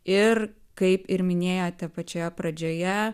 ir kaip ir minėjote pačioje pradžioje